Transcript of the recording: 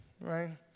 right